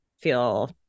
feel